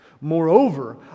Moreover